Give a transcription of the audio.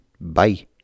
Bye